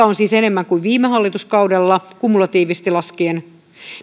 on enemmän kuin viime hallituskaudella kumulatiivisesti laskien